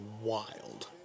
wild